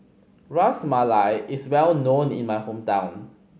Ras Malai is well known in my hometown